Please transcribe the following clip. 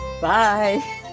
Bye